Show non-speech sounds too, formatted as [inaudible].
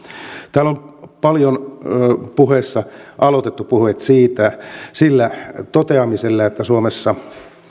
täällä on paljon aloitettu [unintelligible] puheita sillä toteamisella että suomessa